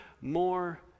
more